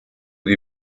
die